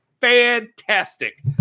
fantastic